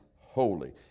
holy